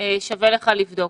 שווה לך לבדוק.